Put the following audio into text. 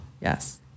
yes